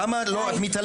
למה את מתעלמת?